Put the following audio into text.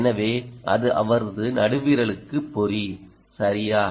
எனவே அது அவரது நடுவிரலுக்கு பொறி சரியா